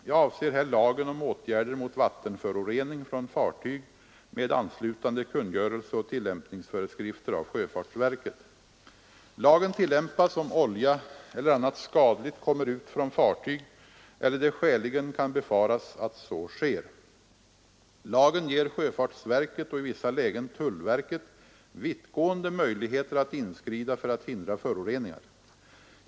Jag avser här lagen om åtgärder mot vattenförorening från fartyg, med anslutande kungörelse och tillämpningsföreskrifter av sjöfartsverket. Lagen tillämpas om olja eller annat skadligt kommer ut från fartyg eller det skäligen kan befaras att så sker. Lagen ger sjöfartsverket och, i vissa lägen, tullverket vittgående möjligheter att inskrida för att hindra föroreningar.